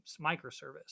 microservice